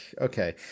okay